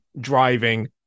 driving